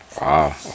Wow